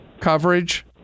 coverage